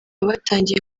batangiye